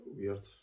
weird